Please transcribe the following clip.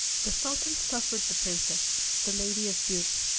the sultan suffered the princess, the lady of beauty,